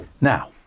Now